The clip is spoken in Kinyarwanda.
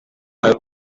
ari